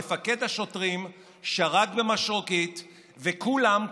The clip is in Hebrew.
מפקד השוטרים שרק במשרוקית וכולם,